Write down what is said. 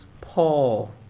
Paul